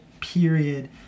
period